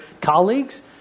colleagues